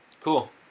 Cool